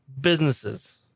businesses